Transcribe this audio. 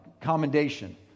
commendation